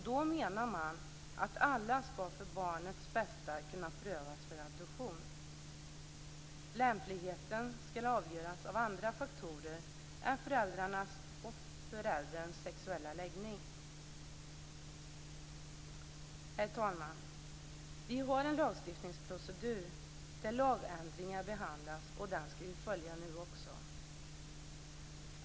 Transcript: Då menar man att alla för barnets bästa ska kunna prövas för adoption. Lämpligheten ska avgöras av andra faktorer än föräldrarnas eller förälderns sexuella läggning. Vi har en lagstiftningsprocedur där lagändringar behandlas, och den ska vi följa nu också.